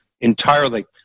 entirely